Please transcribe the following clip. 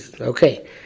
Okay